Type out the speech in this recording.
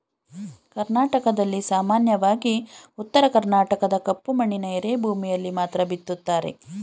ಕರ್ನಾಟಕದಲ್ಲಿ ಸಾಮಾನ್ಯವಾಗಿ ಉತ್ತರ ಕರ್ಣಾಟಕದ ಕಪ್ಪು ಮಣ್ಣಿನ ಎರೆಭೂಮಿಯಲ್ಲಿ ಮಾತ್ರ ಬಿತ್ತುತ್ತಾರೆ